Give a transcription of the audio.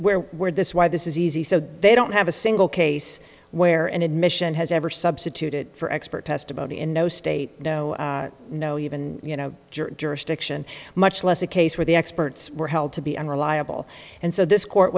where we're this why this is easy so they don't have a single case where an admission has ever substituted for expert testimony in no state no no even you know jurisdiction much less a case where the experts were held to be unreliable and so this court